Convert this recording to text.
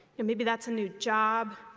and maybe that's a new job,